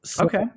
Okay